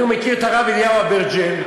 אני מכיר את הרב אליהו אברג'ל,